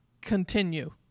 continue